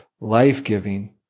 life-giving